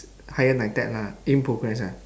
higher NITEC lah in progress ah